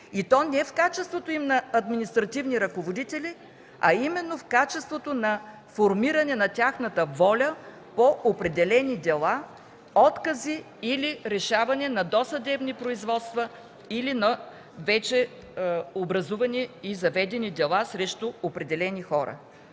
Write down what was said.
и то не в качеството им на административни ръководители, а именно в качеството на формиране на тяхната воля по определени дела, откази или решаване на досъдебни производства, или на вече образувани и заведени дела срещу определени хора.